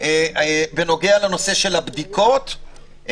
בנוגע לנושא הבדיקות,